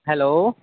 hello